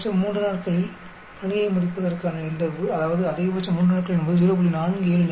அதிகபட்சம் 3 நாட்களில் பணியை முடிப்பதற்கான நிகழ்தகவு அதாவது அதிகபட்சம் 3 நாட்கள் என்பது 0